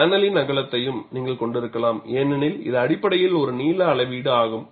பேனலின் அகலத்தையும் நீங்கள் கொண்டிருக்கலாம் ஏனெனில் இது அடிப்படையில் ஒரு நீள அளவீடு ஆகும்